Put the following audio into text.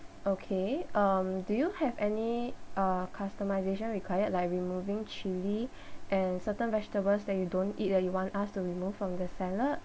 okay um do you have any uh customization required like removing chilli and certain vegetables that you don't eat that you want us to remove from the salad